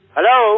Hello